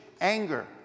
anger